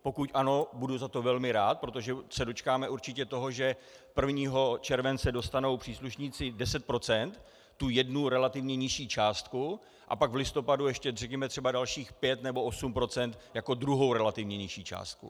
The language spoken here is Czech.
Pokud ano, budu za to velmi rád, protože se dočkáme určitě toho, že 1. července dostanou příslušníci 10 %, tu jednu relativně nižší částku, a pak v listopadu ještě, řekněme, dalších 5 nebo 8 % jako druhou relativně nižší částku.